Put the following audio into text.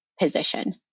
position